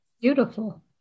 Beautiful